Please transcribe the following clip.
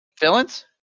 villains